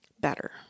better